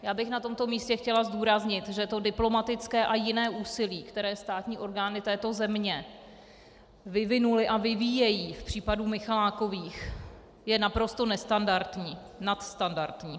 Já bych na tomto místě chtěla zdůraznit, že to diplomatické a jiné úsilí, které státní orgány této země vyvinuly a vyvíjejí v případě Michalákových, je naprosto nestandardní, nadstandardní.